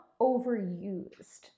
overused